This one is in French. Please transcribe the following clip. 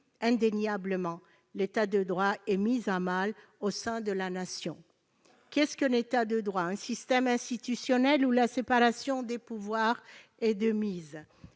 indéniablement, l'État de droit est mis à mal au sein de la nation. Qu'est-ce qu'un État de droit ? Un système institutionnel dans lequel la séparation des pouvoirs est de mise.